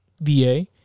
VA